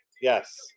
Yes